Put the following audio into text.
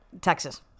Texas